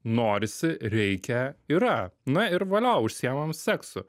norisi reikia yra na ir valio užsiimam seksu